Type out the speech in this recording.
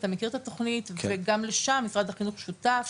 אתה מכיר את התוכנית וגם לשם משרד החינוך שותף,